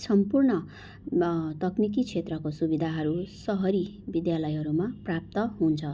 सम्पूर्ण तक्निकी छेत्रको सुविधाहरू सहरी विद्यालयहरूमा प्राप्त हुन्छ